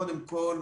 קודם כל,